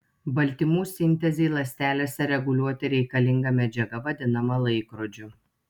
baltymų sintezei ląstelėse reguliuoti reikalinga medžiaga vadinama laikrodžiu